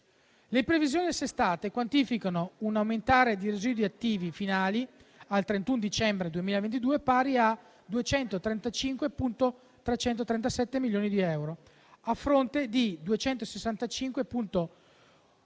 Le previsioni assestate quantificano un ammontare di residui attivi finali, al 31 dicembre 2022, pari a 235,337 milioni di euro, a fronte dei 265,870